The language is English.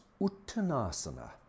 uttanasana